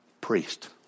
priest